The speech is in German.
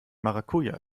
maracuja